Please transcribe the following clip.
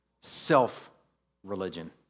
Self-religion